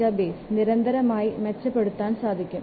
database നിരന്തരമായി മെച്ചപ്പെടുത്താൻ സാധിക്കും